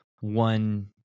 one